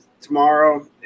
tomorrow